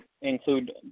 include